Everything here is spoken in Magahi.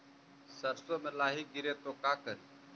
सरसो मे लाहि गिरे तो का करि?